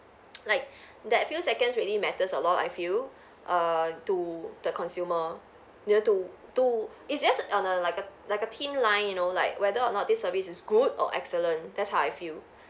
like that few seconds really matters a lot I feel err to the consumer you know to to it's just on a like a like a thin line you know like whether or not this service is good or excellent that's how I feel